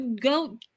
go